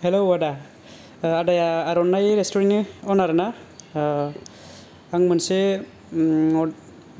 हेल' आदा आदाया आर'नाइ रेस्टुरेन्टनि अनार ना आं मोनसे